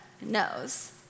knows